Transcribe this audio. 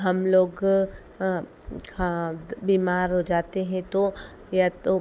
हम लोग हाँ बीमार हो जाते हैं तो या तो